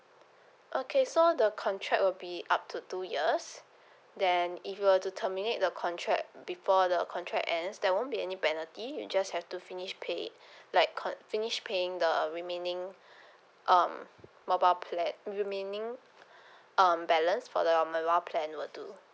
okay so the contract will be up to two years then if you were to terminate the contract before the contract ends there won't be any penalty you just have to finish pay like con~ finish paying the remaining um mobile pla~ remaining um balance for the mobile plan will do